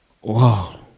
wow